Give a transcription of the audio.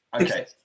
Okay